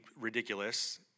ridiculous